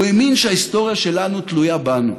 הוא האמין שההיסטוריה שלנו תלויה בנו.